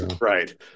Right